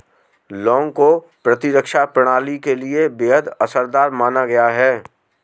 लौंग को प्रतिरक्षा प्रणाली के लिए बेहद असरदार माना गया है